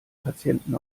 patienten